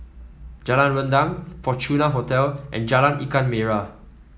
Jalan Rendang Fortuna Hotel and Jalan Ikan Merah